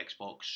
Xbox